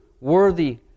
worthy